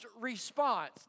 response